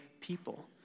people